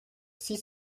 six